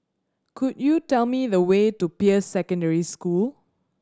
could you tell me the way to Peirce Secondary School